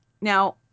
now